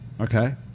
okay